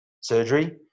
surgery